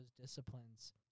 disciplines